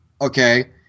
okay